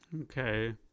Okay